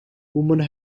women